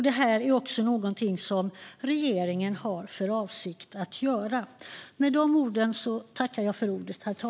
Det är också något som regeringen har för avsikt att göra.